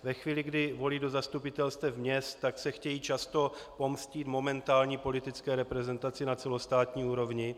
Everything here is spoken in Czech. Ve chvíli, kdy volí do zastupitelstev měst, tak se chtějí často pomstít momentální politické reprezentaci na celostátní úrovni.